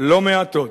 לא מעטות.